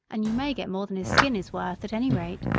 and you may get more than his skin is worth, at any rate.